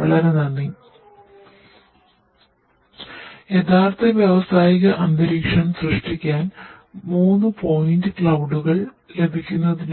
വളരെ നന്ദി യഥാർത്ഥ വ്യാവസായിക അന്തരീക്ഷം സൃഷ്ടിക്കാൻ 3 പോയിന്റ് ക്ളൌടുകൾ ഉപയോഗിച്ച്